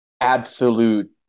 absolute